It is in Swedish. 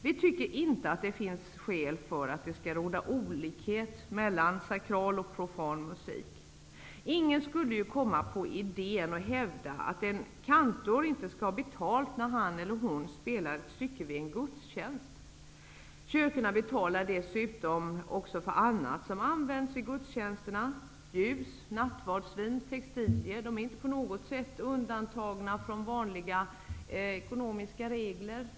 Vi tycker inte att det finns skäl för att det skall råda olikhet mellan sakral och profan musik. Ingen skulle ju komma på idén att hävda att en kantor inte skall ha betalt när han eller hon spelar ett stycke vid en gudstjänst. Kyrkorna betalar dessutom för annat som används vid gudstjänsterna. Ljus, nattvardsvin och textilier är inte på något sätt undantagna från vanliga ekonomiska regler.